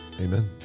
Amen